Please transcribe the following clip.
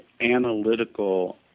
analytical